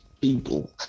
people